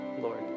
Lord